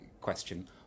question